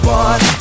one